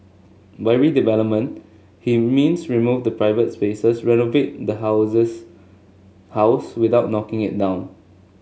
by redevelopment he means remove the private spaces renovate the houses house without knocking it down